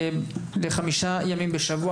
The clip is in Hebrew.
חמישה ימים בשבוע,